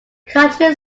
county